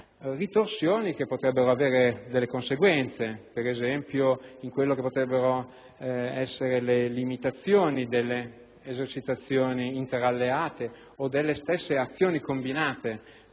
ritorsioni che potrebbero avere delle conseguenze, per esempio le limitazioni delle esercitazioni interalleate o delle stesse azioni combinate